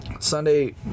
Sunday